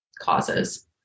causes